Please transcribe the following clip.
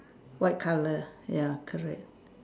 white colour ya correct